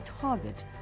target